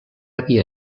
havia